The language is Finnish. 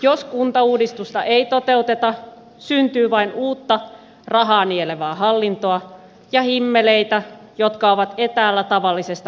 jos kuntauudistusta ei toteuteta syntyy vain uutta rahaa nielevää hallintoa ja himmeleitä jotka ovat etäällä tavallisesta kuntalaisesta